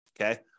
okay